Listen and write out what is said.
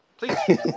please